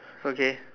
okay